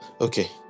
Okay